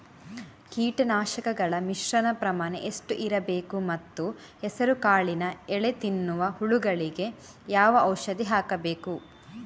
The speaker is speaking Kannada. ಕೀಟನಾಶಕಗಳ ಮಿಶ್ರಣ ಪ್ರಮಾಣ ಎಷ್ಟು ಇರಬೇಕು ಮತ್ತು ಹೆಸರುಕಾಳಿನ ಎಲೆ ತಿನ್ನುವ ಹುಳಗಳಿಗೆ ಯಾವ ಔಷಧಿ ಹಾಕಬೇಕು?